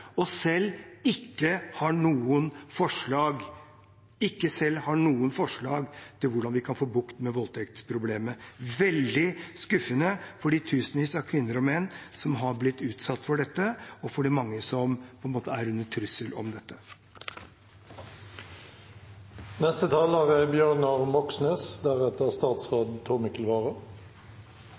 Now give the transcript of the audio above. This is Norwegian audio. og selv ikke har noen forslag til hvordan vi kan få bukt med voldtektsproblemet. Det er veldig skuffende for de tusenvis av kvinner og menn som har blitt utsatt for dette, og for de mange som er under trussel om dette. Sex skal være frivillig. Er